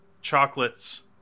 chocolates